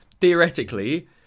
theoretically